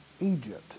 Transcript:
Egypt